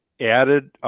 added